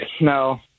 No